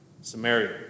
Samaria